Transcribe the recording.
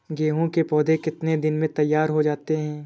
गेहूँ के पौधे कितने दिन में तैयार हो जाते हैं?